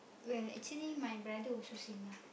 while actually my brother also same ah